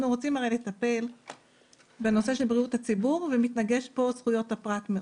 הרי אנחנו רוצים לטפל בנושא של בריאות הציבור ומתנגשות פה זכויות הפרט.